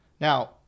Now